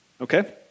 Okay